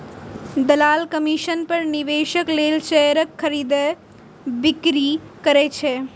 दलाल कमीशन पर निवेशक लेल शेयरक खरीद, बिक्री करै छै